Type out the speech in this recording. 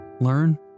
learn